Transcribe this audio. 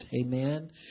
Amen